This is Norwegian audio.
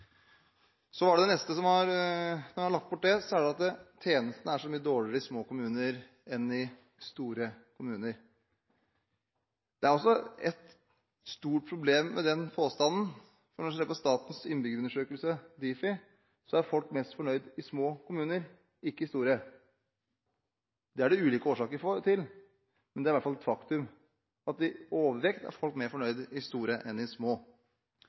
Så, når man hadde lagt bort det, var det neste at tjenestene er så mye dårligere i små kommuner enn i store kommuner. Det er også et stort problem med den påstanden, for når en ser på statens innbyggerundersøkelse, i regi av Difi, er folk mest fornøyd i små kommuner, ikke i store. Det er det ulike årsaker til, men det er i hvert fall et faktum at folk er i overvekt mer fornøyd i små enn i